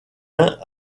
uns